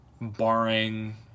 barring